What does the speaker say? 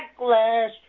Backlash